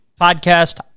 podcast